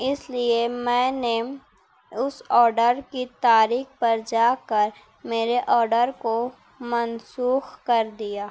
اس لیے میں نے اس آڈر کی تاریخ پر جا کر میرے آڈر کو منسوخ کر دیا